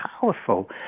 powerful